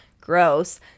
gross